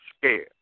scared